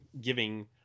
giving